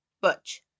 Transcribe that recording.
Butch